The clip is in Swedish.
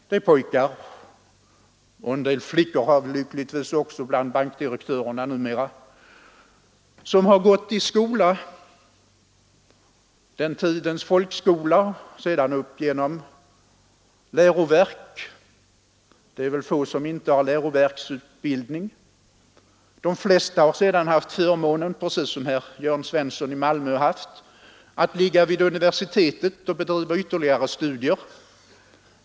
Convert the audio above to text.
Det är pojkar — en del flickor har vi lyckligtvis också bland bankdirektörerna numera — som har gått i den tidens folkskola och sedan läroverk; det är väl få som inte har läroverksutbildning. De flesta har också, precis som herr Svensson i Malmö, haft förmånen att ligga vid universitet eller högskolor och bedriva ytterligare studier.